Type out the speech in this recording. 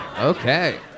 Okay